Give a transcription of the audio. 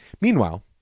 Meanwhile